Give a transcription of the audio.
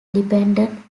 dependent